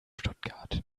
stuttgart